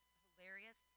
hilarious